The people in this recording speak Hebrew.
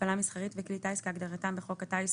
"הפעלה מסחרית" ו- "כלי טיס" כהגדרתם בחוק הטיס,